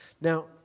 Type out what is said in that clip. Now